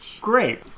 Great